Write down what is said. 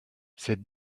cette